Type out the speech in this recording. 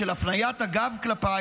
של הפניית הגב כלפיי,